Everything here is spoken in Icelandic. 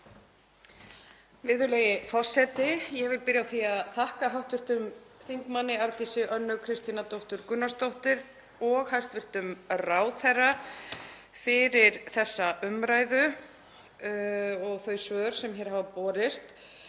Virðulegi forseti. Ég vil byrja á því að þakka hv. þm. Arndísi Önnu Kristínardóttur Gunnarsdóttur og hæstv. ráðherra fyrir þessa umræðu og þau svör sem hér hafa borist.